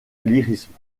lyrisme